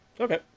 Okay